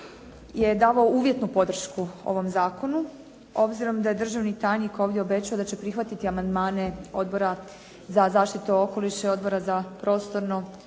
je davao uvjetnu podršku ovom zakonu, obzirom da je državni tajnik ovdje obećao da će prihvatiti amandmane Odbora za zaštitu okoliša i Odbora za prostorno